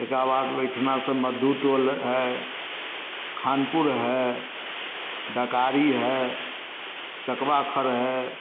तैके बाद ओइठनासँ मधु टोल हैय खानपुर है डकारी है चकवाखर है